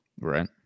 Right